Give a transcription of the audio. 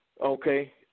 Okay